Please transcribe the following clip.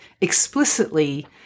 explicitly